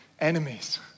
enemies